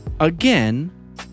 Again